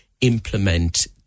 implement